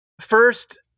First